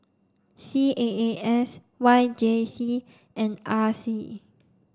C A A S Y J C and R C